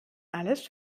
alles